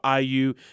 IU